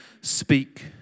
speak